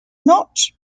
not